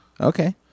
Okay